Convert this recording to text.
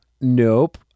nope